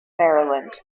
maryland